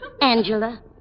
Angela